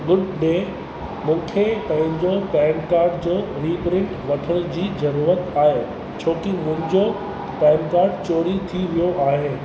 good day मूंखे पंहिंजे PAN card जो रीप्रिंट वठण जी जरुरत आहे छो की मुहिंजो पैन कार्ड चोरी थी वियो आहे